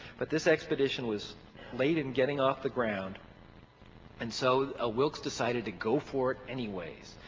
but this expedition was late in getting off the ground and so a wilkes decided to go for it anyways.